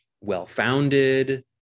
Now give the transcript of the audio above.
well-founded